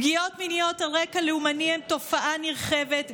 פגיעות מיניות על רקע לאומני הן תופעה נרחבת,